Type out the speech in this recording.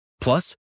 Plus